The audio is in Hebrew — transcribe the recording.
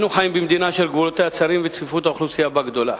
אנו חיים במדינה שגבולותיה צרים וצפיפות האוכלוסייה בה גדולה,